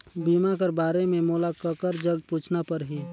बीमा कर बारे मे मोला ककर जग पूछना परही?